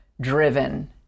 driven